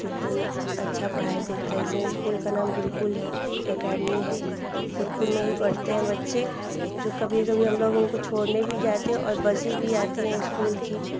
खूब अच्छी पढ़ाई देता स्कूल का नाम गुरुकुल है एकेडमी है गुरुकुल में ही पढ़ते हैं बच्चे जो कभी कभी हमलोग उनको हम छोड़ने भी जाते हैं और बसें भी आती हैं स्कूल की